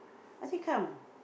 I say come